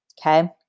okay